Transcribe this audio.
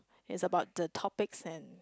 is about the topics and